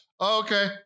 okay